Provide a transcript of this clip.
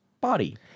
body